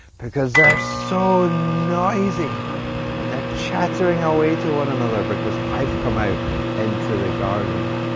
because they're so noisy and they're chattering our way to one another because i've come out into the garden.